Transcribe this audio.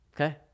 Okay